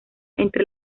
entre